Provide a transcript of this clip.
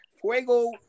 Fuego